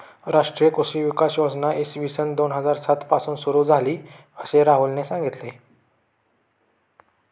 राष्ट्रीय कृषी विकास योजना इसवी सन दोन हजार सात पासून सुरू झाली, असे राहुलने सांगितले